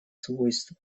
свойства